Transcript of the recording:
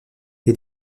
les